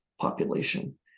population